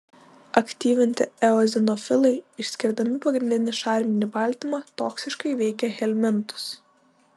aktyvinti eozinofilai išskirdami pagrindinį šarminį baltymą toksiškai veikia helmintus